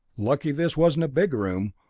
lucky this wasn't a big room,